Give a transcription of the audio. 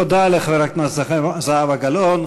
תודה לחברת הכנסת זהבה גלאון.